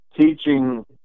teaching